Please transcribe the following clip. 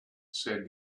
said